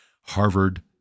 Harvard